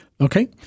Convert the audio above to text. Okay